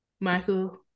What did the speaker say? Michael